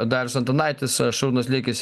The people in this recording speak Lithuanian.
darius antanaitis šarūnas liekis